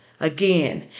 Again